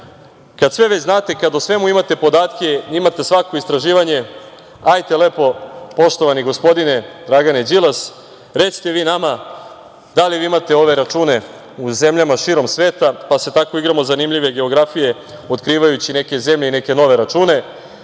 kad sve već znate, kad o svemu imate podatke, imate svako istraživanje, hajdete lepo, poštovani gospodine Dragane Đilas, recite vi nama da li vi imate ove račune u zemljama širom sveta pa se tako igramo zanimljive geografije otkrivajući neke zemlje i neke nove račune,